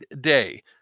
day